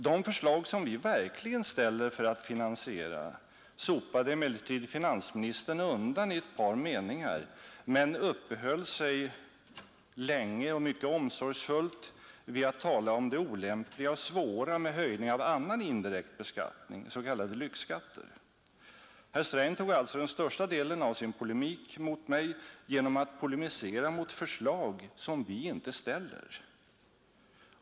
De förslag vi verkligen ställer för att finansiera det sopade finansministern undan i ett par meningar, men uppehöll sig länge och mycket omsorgsfullt vid att tala om det olämpliga och svåra med höjning av annan indirekt beskattning, s.k. lyxskatter. Herr Sträng tog alltså den största delen av sin polemik mot mig till att polemisera mot förslag som vi inte ställer.